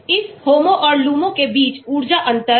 इस होमो और लुमो के बीच ऊर्जा अंतर